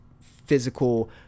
physical